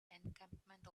encampment